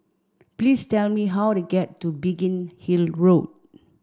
please tell me how to get to Biggin Hill Road